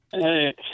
Hey